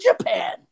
Japan